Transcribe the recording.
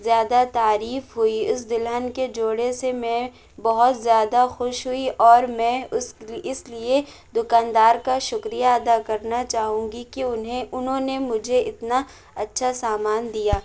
زیادہ تعریف ہوئی اس دلہن کے جوڑے سے میں بہت زیادہ خوش ہوئی اور میں اس اس لیے دکاندار کا شکریہ ادا کرنا چاہوں گی کہ انہیں انہوں نے مجھے اتنا اچھا سامان دیا